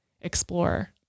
explore